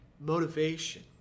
motivation